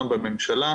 בממשלה,